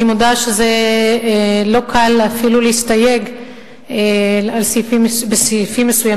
אני מודה שזה לא קל אפילו להסתייג בסעיפים מסוימים